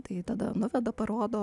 tai tada nuveda parodo